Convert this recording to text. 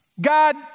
God